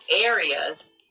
areas